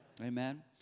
Amen